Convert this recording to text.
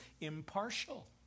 impartial